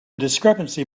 discrepancy